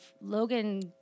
Logan